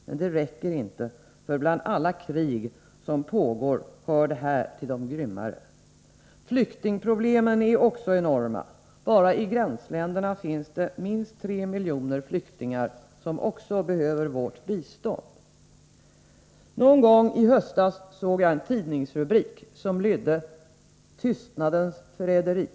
Men det räcker inte, för bland alla krig som pågår hör detta till de grymmare. Flyktingproblemen är också enorma. Bara i gränsländerna finns minst tre miljoner flyktingar som också behöver vårt bistånd. Någon gång i höstas såg jag en tidningsrubrik som lydde ”Tystnadens förräderi”.